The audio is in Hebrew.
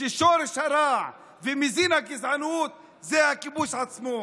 ששורש הרע ומזין הגזענות הוא הכיבוש עצמו,